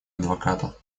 адвоката